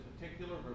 particular